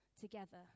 together